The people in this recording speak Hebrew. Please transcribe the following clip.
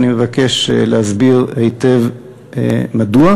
אני מבקש להסביר היטב מדוע,